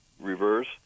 reverse